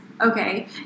Okay